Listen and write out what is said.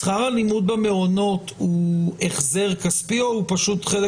שכר הלימוד במעונות הוא החזר כספי הוא שהוא פשוט חלק